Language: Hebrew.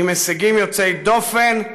עם הישגים יוצאי דופן,